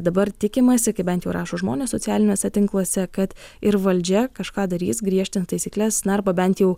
dabar tikimasi kai bent jau rašo žmonės socialiniuose tinkluose kad ir valdžia kažką darys griežtint taisykles na arba bent jau